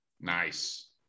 Nice